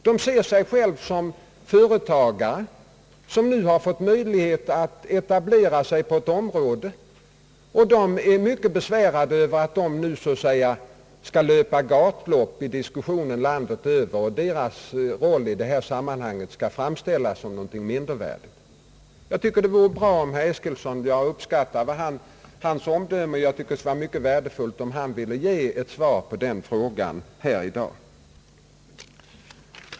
De ser sig själva som företagare vilka fått legala möjligheter att etablera sig på ett nytt område, och de är mycket besvärade över att de nu så att säga skall löpa gatlopp i diskussionen landet över och att deras insats i detta sammanhang skall framställas som mindervärdig. Jag uppskattar herr Eskilssons omdöme, och jag tycker att det skulle vara mycket värdefullt om han skulle kunna ge ett svar på den frågan här i dag.